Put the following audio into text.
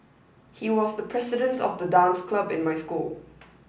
he was the president of the dance club in my school